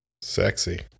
Sexy